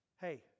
Hey